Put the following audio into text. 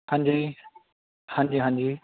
ਹਾਂਜੀ ਹਾਂਜੀ ਹਾਂਜੀ